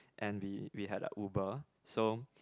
and we we had a Uber so